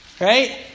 Right